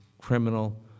criminal